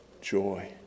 joy